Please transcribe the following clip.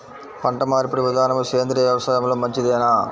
పంటమార్పిడి విధానము సేంద్రియ వ్యవసాయంలో మంచిదేనా?